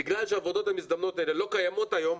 בגלל שהעבודות המזדמנות האלה לא קיימות היום,